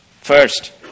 First